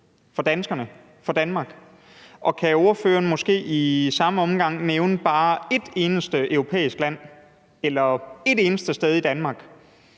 for danskerne og for Danmark? Og kan ordføreren måske i samme omgang nævne bare et eneste europæisk land eller et eneste sted i Danmark,